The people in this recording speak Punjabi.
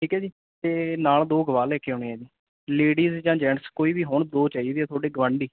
ਠੀਕ ਹੈ ਜੀ ਅਤੇ ਨਾਲ ਦੋ ਗਵਾਹ ਲੈ ਕੇ ਆਉਣੇ ਹੈ ਜੀ ਲੇਡੀਜ਼ ਜਾਂ ਜੈਂਟਸ ਕੋਈ ਵੀ ਹੋਣ ਦੋ ਚਾਹੀਦੇ ਹੈ ਤੁਹਾਡੇ ਗੁਆਂਢੀ